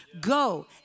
Go